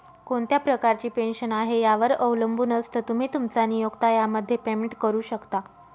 कोणत्या प्रकारची पेन्शन आहे, यावर अवलंबून असतं, तुम्ही, तुमचा नियोक्ता यामध्ये पेमेंट करू शकता